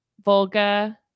Volga